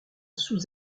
sous